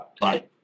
Bye